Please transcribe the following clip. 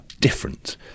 different